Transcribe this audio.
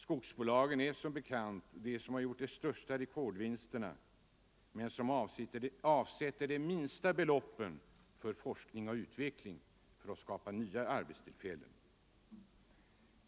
Skogsbolagen är som bekant de som gjort de största rekordvinsterna men som avsätter de minsta beloppen till forskning och utveckling för att skapa nya arbetstillfällen.